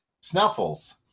Snuffles